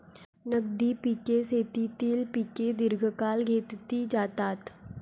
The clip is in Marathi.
नगदी पिके शेतीतील पिके दीर्घकाळ घेतली जातात